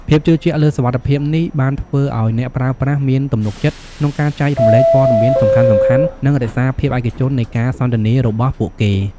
ភាពជឿជាក់លើសុវត្ថិភាពនេះបានធ្វើឱ្យអ្នកប្រើប្រាស់មានទំនុកចិត្តក្នុងការចែករំលែកព័ត៌មានសំខាន់ៗ និងរក្សាភាពឯកជននៃការសន្ទនារបស់ពួកគេ។